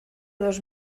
dos